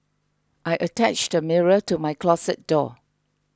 I attached a mirror to my closet door